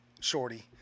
Shorty